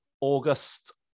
August